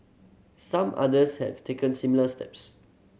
some others have taken similar steps